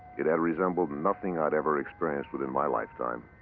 it had resembled nothing i had ever experienced within my lifetime,